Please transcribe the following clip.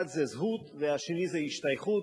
אחד זה זהות, והשני זה השתייכות.